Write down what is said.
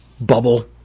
bubble